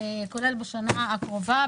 כולל בשנה הקרובה,